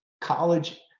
college